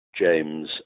James